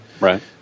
Right